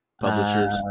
publishers